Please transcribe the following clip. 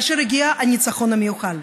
כאשר הגיע הניצחון המיוחל.